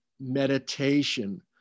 meditation